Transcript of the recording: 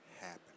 happen